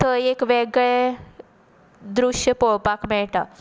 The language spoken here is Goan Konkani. थंय एक वेगळें दृश्य पळोवपाक मेळटा